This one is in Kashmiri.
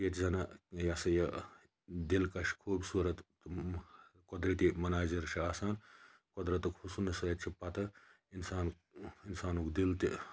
ییٚتہِ زَنہٕ یہِ ہَسا یہِ دِلکَش خوٗبصورَت قۅدرَتی مَناظِر چھِ آسان قۄدرَتُک حُسنہٕ سۭتۍ چھُ پَتہٕ اِنسان اِنسانُک دِل تہٕ